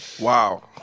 Wow